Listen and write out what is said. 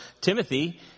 Timothy